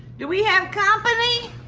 do we have company?